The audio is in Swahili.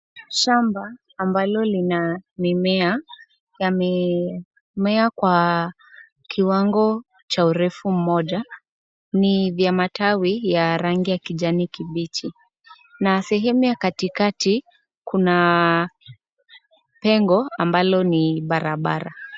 Shamba ambalo lina mimea ya urefu wa kiwango kimoja. Lina matawi ya rangi ya kijani kibichi, na katikati kuna pengo ambalo ni barabara.